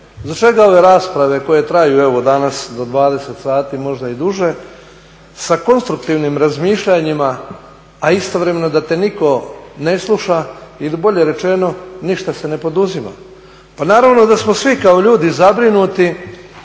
za čega ove rasprave koje traju danas do 20,00 sati možda i duže sa konstruktivnim razmišljanjima, a istovremeno da te nitko ne sluša ili bolje rečeno ništa se ne poduzima. Pa naravno da smo svi kao ljudi zabrinuti